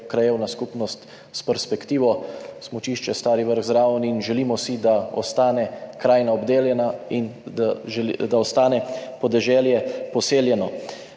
krajevna skupnost s perspektivo, zraven je smučišče Stari vrh, in želimo si, da ostane krajina obdelana in da ostane podeželje poseljeno.